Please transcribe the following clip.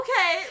Okay